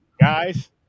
guys